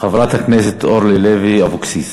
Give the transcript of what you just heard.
חברת הכנסת אורלי לוי אבקסיס.